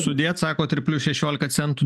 sudie atsakot ir plius šešiolika centų